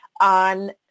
on